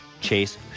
Chase